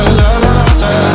la-la-la-la